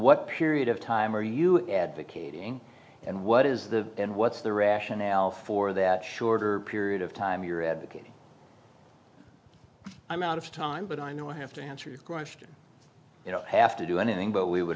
what period of time are you advocating and what is the and what's the rationale for that shorter period of time you're advocating i'm out of time but i know i have to answer your question you know have to do anything but we would